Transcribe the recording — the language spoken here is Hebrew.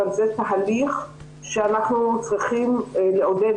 אבל זה תהליך שאנחנו צריכים לעודד